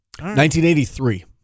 1983